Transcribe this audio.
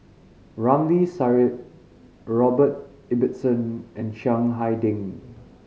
Ramli Sarip Robert Ibbetson and Chiang Hai Ding